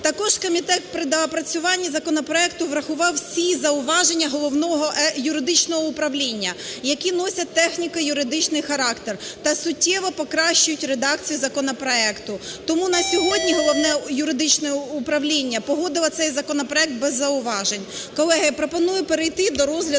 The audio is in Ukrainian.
Також комітет при доопрацюванні законопроекту врахував всі зауваження Головного юридичного управління, які носять техніко-юридичний характер та суттєво покращують редакцію законопроекту. Тому на сьогодні Головне юридичне управління погодило цей законопроект без зауважень. Колеги, пропоную перейти до розгляду